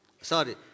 sorry